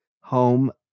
home